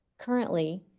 Currently